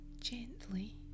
gently